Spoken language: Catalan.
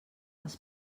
als